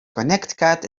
connecticut